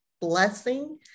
blessing